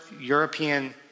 European